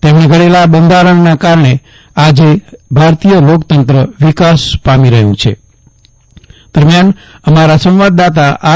તેમણે ઘડેલા બંધારણના લીધે આજે ભારતીય લોકતંત્ર વિકાસ પામી રહ્યુ છે દરમ્યાન અમારા સંવાદદાતા આર